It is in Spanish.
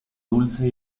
dulce